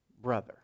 Brother